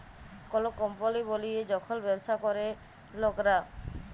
call কম্পলি বলিয়ে যখল ব্যবসা ক্যরে লকরা